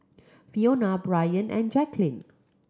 Fiona Bryant and Jacquline